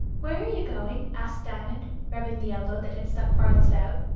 where are you going? asked diamond, rubbing the elbow that had stuck farthest out.